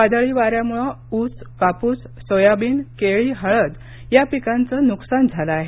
वादळी वाऱ्यामुळे ऊस कापुस सोयाबीन केळी हळद या पिकांच नुकसान झालं आहे